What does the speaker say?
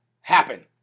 happen